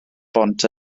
bont